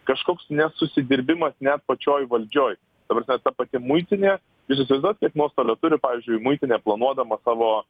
kažkoks nesusidirbimas net pačioj valdžioj ta prasme ta pati muitinė jūs įsivaizduojat kiek nuostolio turi pavyzdžiui muitinė planuodama savo